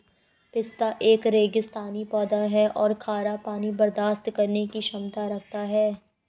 पिस्ता एक रेगिस्तानी पौधा है और खारा पानी बर्दाश्त करने की क्षमता रखता है